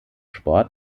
sport